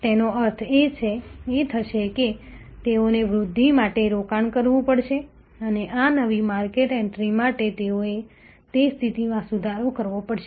તેનો અર્થ એ થશે કે તેઓએ વૃદ્ધિ માટે રોકાણ કરવું પડશે અને આ નવી માર્કેટ એન્ટ્રી માટે તેઓએ તે સ્થિતિમાં સુધારો કરવો પડશે